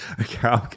Okay